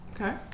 Okay